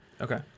Okay